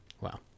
Wow